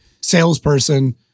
salesperson